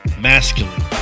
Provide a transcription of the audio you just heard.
masculine